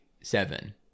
seven